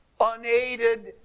unaided